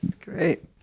Great